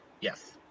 Yes